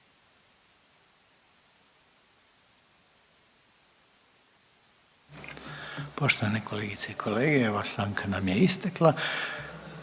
Poštovane kolegice i kolege, evo stanka nam je istekla